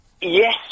Yes